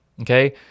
Okay